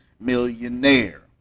millionaire